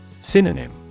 Synonym